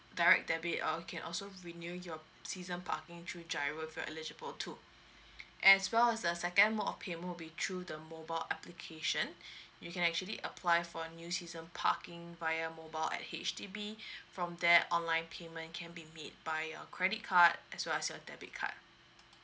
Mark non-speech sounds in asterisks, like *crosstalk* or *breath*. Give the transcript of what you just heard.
direct debit or can also renew your season parking through giro if you're eligible to as well as the second mode of payment would be through the mobile application *breath* you can actually apply for new season parking via mobile at H_D_B from there online payment can be made by your credit card as well as your debit card